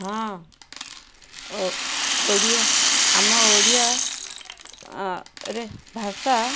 ହଁ ଓଡ଼ିଆ ଆମ ଓଡ଼ିଆ ରେ ଭାଷା